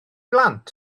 blant